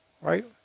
right